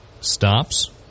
stops